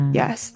yes